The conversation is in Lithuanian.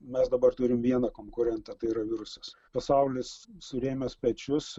mes dabar turim vieną konkurentą tai yra virusas pasaulis surėmęs pečius